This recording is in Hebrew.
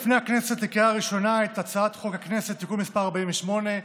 לקריאה ראשונה את הצעת חוק הכנסת (תיקון מס' 48)